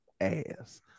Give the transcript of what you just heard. ass